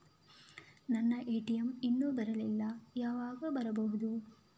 ನನ್ನ ಎ.ಟಿ.ಎಂ ಇನ್ನು ಬರಲಿಲ್ಲ, ಯಾವಾಗ ಬರಬಹುದು?